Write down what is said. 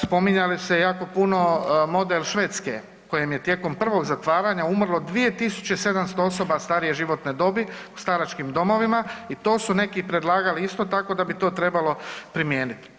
Spominjali ste jako puno model Švedske kojem je tijekom prvog zatvaranja umrlo 2.700 osoba starije životne dobi u staračkim domovima i to su neki predlagali isto tako da bi to trebalo primijeniti.